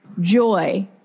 joy